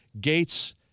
gates